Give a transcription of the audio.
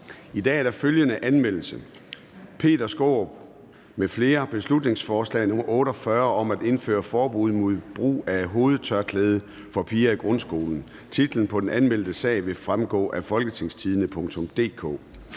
I dag er der følgende anmeldelse: Peter Skaarup (DD) m.fl.: Beslutningsforslag nr. B 48 (Forslag til folketingsbeslutning om at indføre forbud mod brug af hovedtørklæde for piger i grundskolen). Titlen på den anmeldte sag vil fremgå af www.folketingstidende.dk